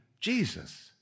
Jesus